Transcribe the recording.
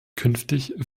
künftig